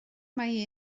mae